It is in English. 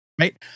right